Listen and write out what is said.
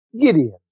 Gideon